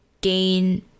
gain